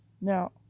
Now